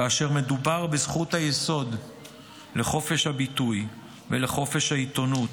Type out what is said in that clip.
כאשר מדובר בזכות היסוד לחופש הביטוי ולחופש העיתונות,